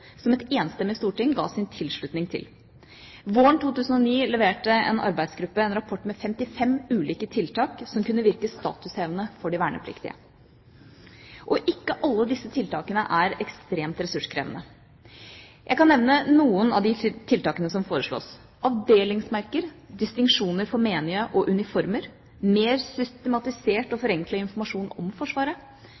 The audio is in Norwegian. som et enstemmig storting ga sin tilslutning til. Våren 2009 leverte en arbeidsgruppe en rapport med 55 ulike tiltak som kunne virke statushevende for de vernepliktige. Ikke alle disse tiltakene er ekstremt ressurskrevende. Jeg kan nevne noen av de tiltakene som foreslås: avdelingsmerker og distinksjoner for menige og uniformer, mer systematisert og